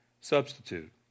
substitute